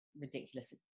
ridiculous